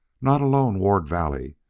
not alone ward valley,